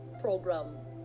program